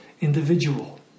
individual